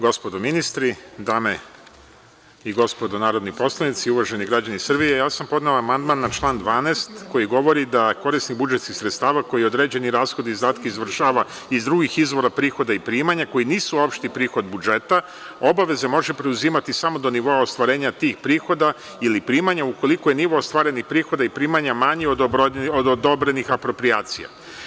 Gospodo ministri, dame i gospodo narodni poslanici, uvaženi građani Srbije, ja sam podneo amandman na član 12. koji govori da korisnik budžetskih sredstava koji određeni rashode i izdatke izvršava iz drugih izvora, prihoda i primanja koji nisu opšti prihodi iz budžeta, obaveze može preuzimati samo do nivoa ostvarenja tih prihoda ili primanja ukoliko je nivo ostvarenih prihoda i primanja manji od odobrenih aproprijacija.